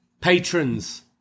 patrons